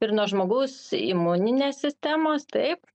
ir nuo žmogaus imuninės sistemos taip